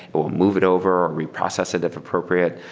we'll move it over. reprocess it if appropriate,